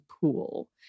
pool